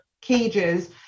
cages